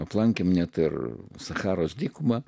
aplankėme net ir sacharos dykumą